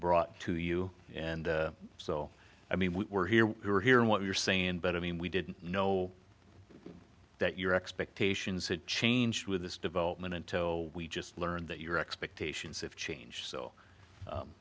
brought to you and so i mean we're here we're hearing what you're saying but i mean we didn't know that your expectations had changed with this development until we just learned that your expectations have changed so